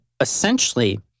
essentially